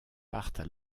partent